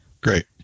Great